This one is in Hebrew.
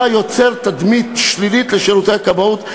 אתה יוצר תדמית שלילית לשירותי הכבאות,